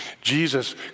Jesus